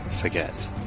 forget